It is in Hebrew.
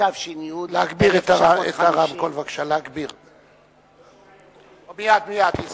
התש"י 1950, ולקבוע כי ועדי הנאמנים המתמנים